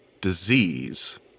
disease